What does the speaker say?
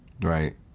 right